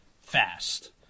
fast